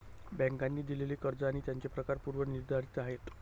बँकांनी दिलेली कर्ज आणि त्यांचे प्रकार पूर्व निर्धारित आहेत